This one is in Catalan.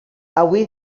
avui